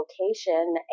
location